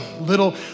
little